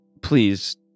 please